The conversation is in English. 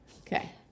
Okay